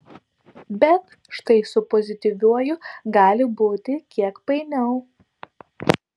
bet štai su pozityviuoju gali būti kiek painiau